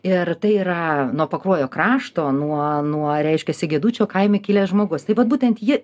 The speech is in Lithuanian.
ir tai yra nuo pakruojo krašto nuo nuo reiškiasi gedučio kaime kilęs žmogus tai vat būtent ji